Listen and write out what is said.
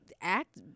act